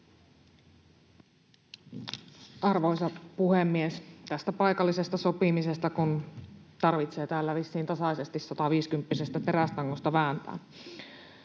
Arvoisa puhemies! Tästä paikallisesta sopimisesta, kun tarvitsee täällä vissiin tasaisesti sataviiskymppisestä terästangosta vääntää: